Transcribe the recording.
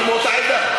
אנחנו מאותה עדה.